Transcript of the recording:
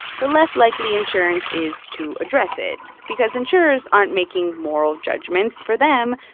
the less likely insurance is to address it because insurers aren't making moral judgments. for them,